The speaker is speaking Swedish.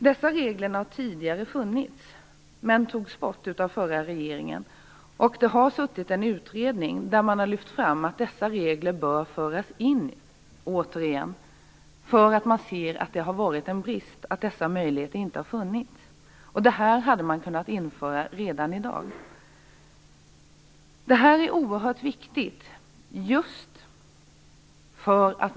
Dessa regler har funnits tidigare men togs bort av den förra regeringen. En utredning har nu lyft fram att dessa regler åter bör införas, eftersom man ser det som en brist att dessa möjligheter inte har funnits. Det här hade man kunnat införa redan i dag. Det här är oerhört viktigt.